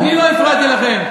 אני לא הפרעתי לכם.